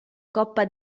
coppa